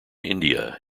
india